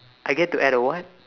I get to add a what